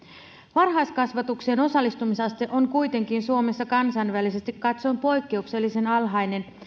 varhaiskasvatukseen osallistumisaste on kuitenkin suomessa kansainvälisesti katsoen poikkeuksellisen alhainen